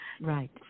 Right